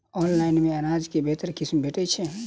Online मे अनाज केँ बेहतर किसिम भेटय छै?